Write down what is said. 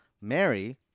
Mary